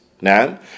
Now